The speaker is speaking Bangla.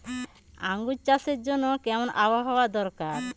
আঙ্গুর চাষের জন্য কেমন আবহাওয়া দরকার?